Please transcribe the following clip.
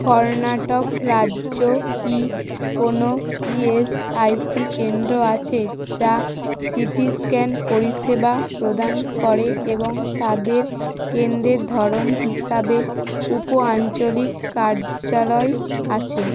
কর্ণাটক রাজ্য কি কোনও ইএসআইসি কেন্দ্র আছে যা সিটি স্ক্যান পরিষেবা প্রদান করে এবং তাদের কেন্দ্রের ধরন হিসাবে উপ আঞ্চলিক কার্যালয় আছে